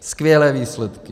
Skvělé výsledky.